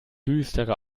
düstere